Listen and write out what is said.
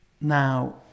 Now